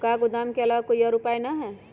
का गोदाम के आलावा कोई और उपाय न ह?